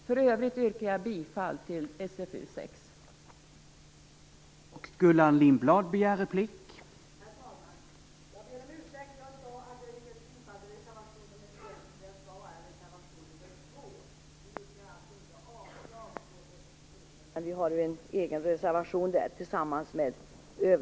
För övrigt yrkar jag bifall till utskottets hemställan i SfU 6.